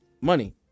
money